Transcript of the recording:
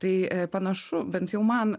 tai panašu bent jau man